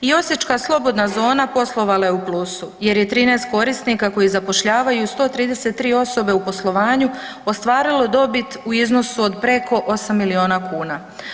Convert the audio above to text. I Osječka slobodna zona poslovala je u plusu, jer je 13 korisnika koji zapošljavaju 133 osobe u poslovanju ostvarilo dobit u iznosu od preko 8 milijuna kuna.